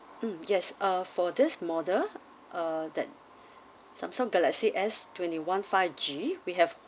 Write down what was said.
um yes uh for this model uh that Samsung galaxy S twenty-one five G we have